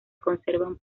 conservan